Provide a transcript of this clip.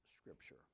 scripture